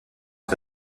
est